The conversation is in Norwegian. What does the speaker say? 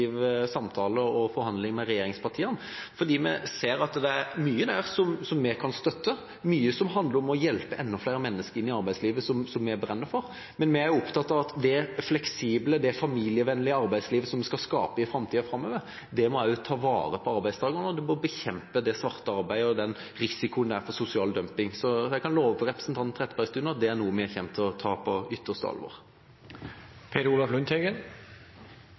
og forhandlinger med regjeringspartiene. For vi ser at det er mye der som vi kan støtte – mye som handler om å hjelpe enda flere mennesker inn i arbeidslivet, som vi brenner for. Men vi er opptatt av at det fleksible, familievennlige arbeidslivet som vi skal skape i framtida, også må ta vare på arbeidstakeren. Derfor må vi bekjempe det svarte arbeidet og den risikoen det er for sosial dumping. Så jeg kan love representanten Trettebergstuen at det er noe vi kommer til å ta på ytterste